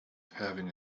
having